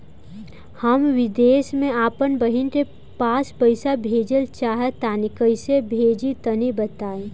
हम विदेस मे आपन बहिन के पास पईसा भेजल चाहऽ तनि कईसे भेजि तनि बताई?